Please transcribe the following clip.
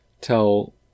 tell